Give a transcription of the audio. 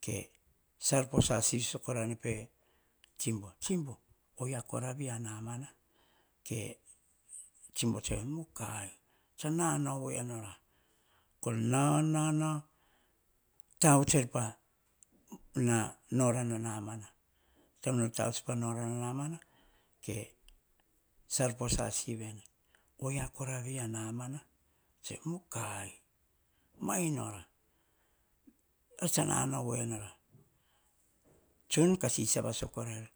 Ke salposa sivi sakorane pe tsibo oyia kora vei amana ke tsibo tsoe ene mukai. Tsa voenora kor naunau kah tavuts el pah norana nama. Ke salposa sivi sakorane pe tsibo oia kora vei ah namana ke tsibo tsoe ene mukai, mai nora. A tsa naunao voinora, tsunu ka sisava so korara.